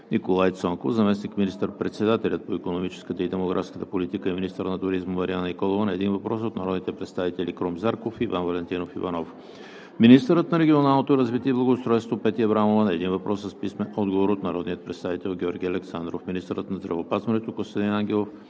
Николай Цонков; - заместник министър-председателят по икономическата и демографската политика и министър на туризма Марияна Николова – на един въпрос от народните представители Крум Зарков и Иван Валентинов Иванов; - министърът на регионалното развитие и благоустройството Петя Аврамова – на един въпрос с писмен отговор от народния представител Георги Александров; - министърът на здравеопазването Костадин Ангелов